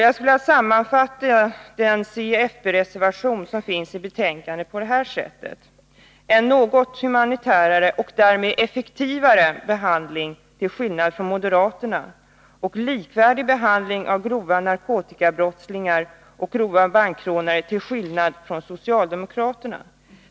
Jag skulle vilja sammanfatta den c-fp-reservation som finns i betänkandet på det här sättet: Vi vill ha en något humanare och därmed effektivare behandling, till skillnad från moderaterna, och likvärdig behandling av grova narkotikabrottslingar och grova bankrånare, till skillnad från socialdemokraterna.